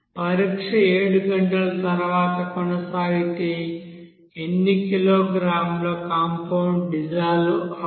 పరీక్ష 7 గంటల తర్వాత కొనసాగితే ఎన్ని కిలోగ్రాముల కాంపౌండ్ డిస్సల్వ్ అవ్వదు